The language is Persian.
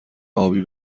ابی